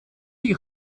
die